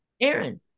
Aaron